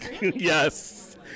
Yes